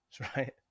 right